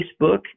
Facebook